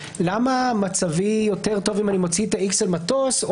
למה מצבי יותר טוב אם אני מוציא את ה-X על מטוס או